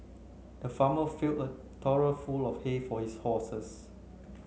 the farmer filled a trough full of hay for his horses